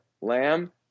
lamb